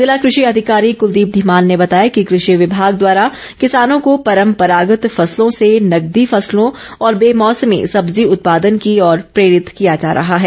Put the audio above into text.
जिला कृषि अधिकारी कलदीप धीमान ने बताया कि कृषि विमाग द्वारा किसानों को परम्परागत फसलों से नकदी फसलों और बेमौसमी सब्जी उत्पादन की ओर प्रेरित किया जा रहा है